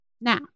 Now